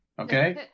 Okay